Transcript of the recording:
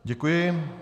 Děkuji.